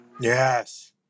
Yes